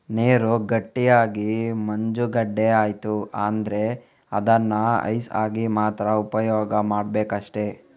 ನೀರು ಗಟ್ಟಿಯಾಗಿ ಮಂಜುಗಡ್ಡೆ ಆಯ್ತು ಅಂದ್ರೆ ಅದನ್ನ ಐಸ್ ಆಗಿ ಮಾತ್ರ ಉಪಯೋಗ ಮಾಡ್ಬೇಕಷ್ಟೆ